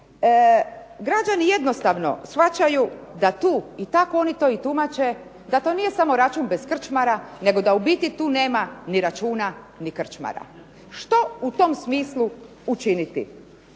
Građani jednostavno shvaćaju da tu i tako oni to i tumače, da to nije samo račun bez krčmara nego da u biti tu nema ni računa ni krčmara. Što u tom smislu učiniti?